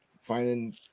finding